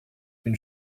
une